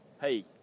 Hey